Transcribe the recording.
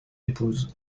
épouses